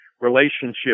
relationship